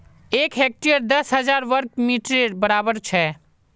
एक हेक्टर दस हजार वर्ग मिटरेर बड़ाबर छे